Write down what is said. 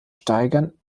steigern